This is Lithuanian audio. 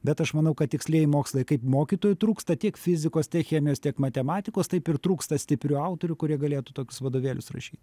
bet aš manau kad tikslieji mokslai kaip mokytojų trūksta tiek fizikos tiek chemijos tiek matematikos taip ir trūksta stiprių autorių kurie galėtų tokius vadovėlius rašyt